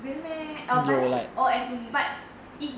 really meh but then or as in but if